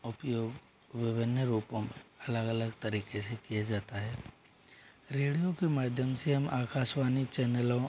उपयोग विभिन्न रूपों में अलग अलग तरीके से किया जाता है रेडियो के माध्यम से हम आकाशवाणी चैनलों